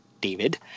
David